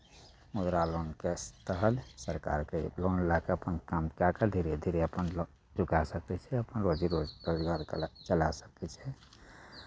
मुद्रा लोनके तहत सरकारसन लोन लए कऽ अपन काम कए कऽ धीरे धीरे अपन लोक चुकाए सकै छै अपन रोजी रोटी परिवारके चलाए सकै छै